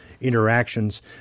interactions